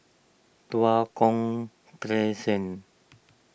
Tua Kong